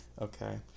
okay